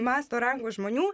masto rango žmonių